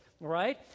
Right